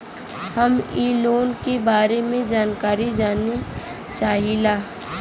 हम इ लोन के बारे मे जानकारी जाने चाहीला?